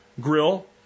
grill